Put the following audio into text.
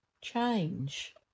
change